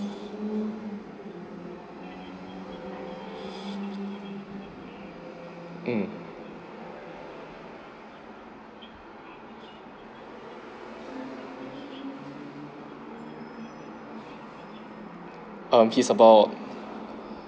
mm he's about